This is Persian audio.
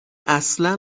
اصلا